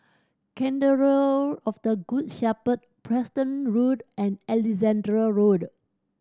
Cathedral of the Good Shepherd Preston Road and Alexandra Road